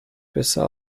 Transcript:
besser